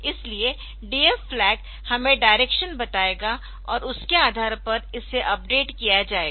इसलिए DF flag हमें direction बताएगा और उसके आधार पर इसे अपडेट किया जाएगा